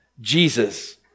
Jesus